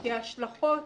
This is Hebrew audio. כי ההשלכות